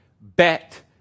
bet